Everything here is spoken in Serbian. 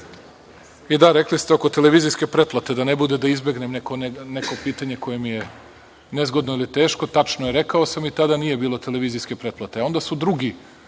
Da, rekli ste oko televizijske pretplate, da ne bude da izbegavam neko pitanje koje mi je nezgodno ili teško. Tačno je, rekao sam i tada nije bilo televizijske pretplate. Onda su drugi